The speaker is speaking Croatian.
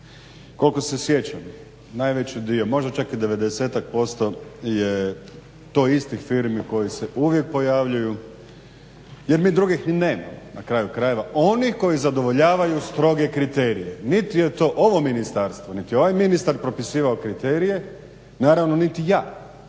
Koliko se sjećam najveći dio možda čak i devedesetak posto je to istih firmi koje se uvijek pojavljuju jer mi drugih ni nemamo na kraju krajeva oni koji zadovoljavaju stroge kriterije. Niti je to ovo ministarstvo niti ovaj ministar propisivao kriterije naravno niti ja.